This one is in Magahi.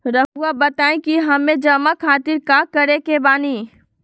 रहुआ बताइं कि हमें जमा खातिर का करे के बानी?